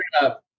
up